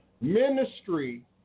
Ministry